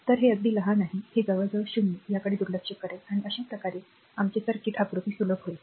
तर हे अगदी लहान आहे हे जवळजवळ 0 याकडे दुर्लक्ष करेल आणि अशा प्रकारे आमचे सर्किट आकृती सुलभ होईल